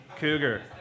Cougar